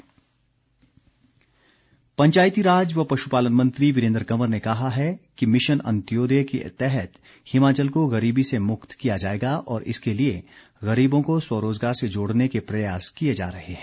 पंचायती राज पंचायती राज व पश्पालन मंत्री वीरेन्द्र कंवर ने कहा है कि मिशन अंत्योदय के तहत हिमाचल को गरीबी से मुक्त किया जाएगा और इसके लिए गरीबों को स्वरोजगार से जोड़ने के प्रयास किए जा रहे हैं